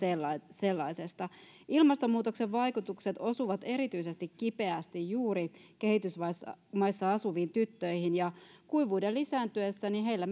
sellaisesta ilmastonmuutoksen vaikutukset osuvat erityisesti kipeästi juuri kehitysmaissa asuviin tyttöihin ja kuivuuden lisääntyessä heillä